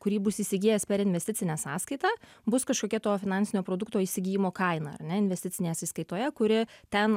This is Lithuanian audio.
kurį bus įsigijęs per investicinę sąskaitą bus kažkokia to finansinio produkto įsigijimo kaina ar ne investicinėje sąskaitoje kuri ten